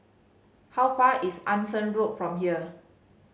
how far is Anson Road from here